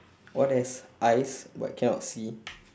what has eyes but cannot see